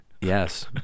yes